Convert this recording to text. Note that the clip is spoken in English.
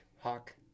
Hawk